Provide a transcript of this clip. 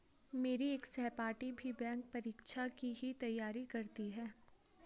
मेरी एक सहपाठी भी बैंक परीक्षा की ही तैयारी करती है